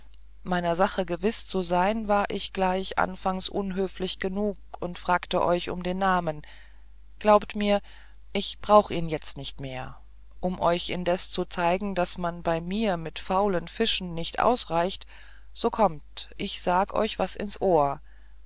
meiner sache ganz gewiß zu sein war ich gleich anfangs unhöflich genug und fragt euch um den namen glaubt mir ich brauch ihn jetzt nicht mehr um euch indes zu zeigen daß man bei mir mit faulen fischen nicht ausreicht so kommt ich sag euch was ins ohr